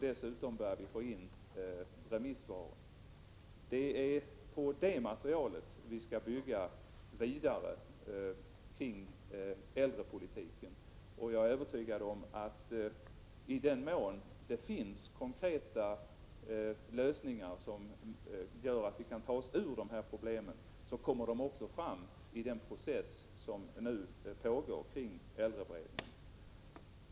Dessutom börjar vi få in remissvar. Med utgångspunkt i detta material skall vi bygga vidare kring äldreomsorgspolitiken. Jag är övertygad om att i den mån det finns konkreta lösningar som gör att vi kan ta oss ur dessa problem kommer de fram i den process som nu pågår inom äldreberedningen.